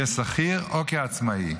כשכיר או כעצמאי,